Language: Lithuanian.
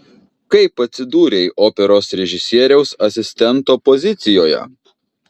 kaip atsidūrei operos režisieriaus asistento pozicijoje